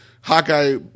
Hawkeye